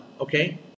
okay